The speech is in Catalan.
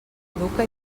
educa